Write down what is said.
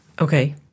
Okay